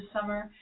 summer